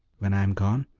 when i am gone,